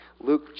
Luke